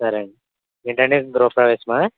సరే అండి ఏంటండి గృహ ప్రవేశమా